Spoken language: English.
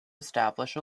establish